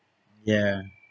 ya